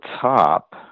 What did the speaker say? top